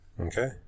Okay